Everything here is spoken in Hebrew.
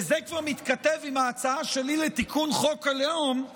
וזה כבר מתכתב עם ההצעה שלי לתיקון חוק הלאום,